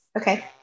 Okay